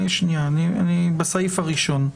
אני בסעיף הראשון.